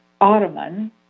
ottoman